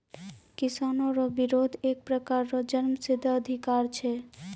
किसानो रो बिरोध एक प्रकार रो जन्मसिद्ध अधिकार छै